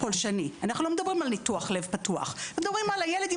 ואנחנו לא מדברים על ניתוח לב פתוח אלא על ילד עם